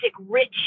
rich